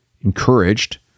encouraged